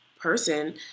Person